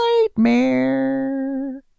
Nightmare